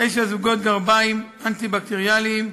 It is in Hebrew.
תשעה זוגות גרביים אנטי-בקטריאליים,